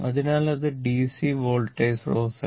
അതിനാൽ അത് DC voltage സ്രോതസ്സല്ല